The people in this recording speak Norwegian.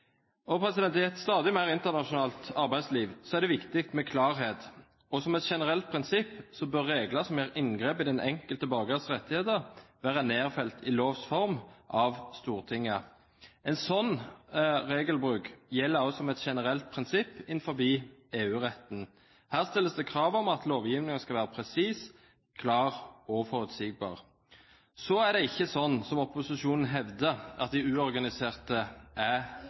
I et stadig mer internasjonalt arbeidsliv er det viktig med klarhet, og som et generelt prinsipp bør regler som gjør inngrep i den enkelte borgers rettigheter, være nedfelt i lovs form av Stortinget. En sånn regelbruk gjelder også som et generelt prinsipp innenfor EU-retten. Her stilles det krav om at lovgivningen skal være presis, klar og forutsigbar. Det er ikke sånn, som opposisjonen hevder, at de uorganiserte er